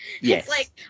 yes